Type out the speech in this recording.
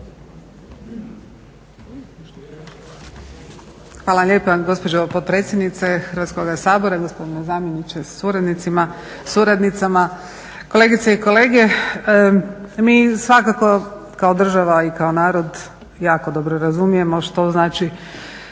Hvala lijepa gospođo potpredsjednice Hrvatskoga sabora, gospodine zamjeniče sa suradnicama, kolegice i kolege. Mi svakako kao država i kao narod jako dobro razumijemo što znači